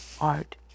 art